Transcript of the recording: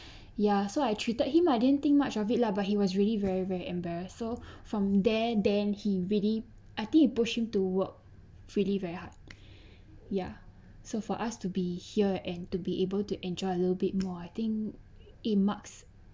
ya so I treated him ah I didn't think much of it lah but he was really very very embarrassed so from there then he really I think it push him to work really very hard ya so for us to be here and to be able to enjoy a little bit more I think it marks